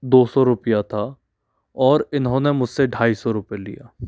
दो सौ रुपये था और इन्होंने मुझ से ढाई सौ रुपये लिए